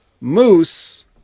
Moose